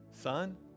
Son